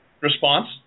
Response